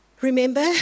Remember